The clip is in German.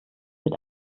mit